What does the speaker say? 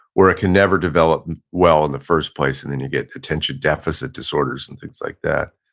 where it can never develop well in the first place and then you get attention deficit disorders and things like that.